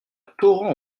torrent